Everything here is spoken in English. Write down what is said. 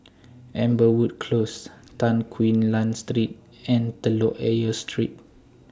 Amberwood Close Tan Quee Lan Street and Telok Ayer Street